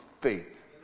faith